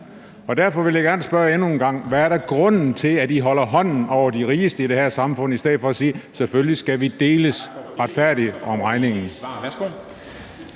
Derfor vil jeg gerne spørge endnu en gang, hvad grunden er til, at I holder hånden over de rigeste i det her samfund i stedet for at sige, at selvfølgelig skal vi deles retfærdigt om regningen.